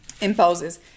imposes